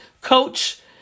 coach